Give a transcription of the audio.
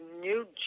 new